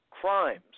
crimes